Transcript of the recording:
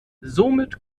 somit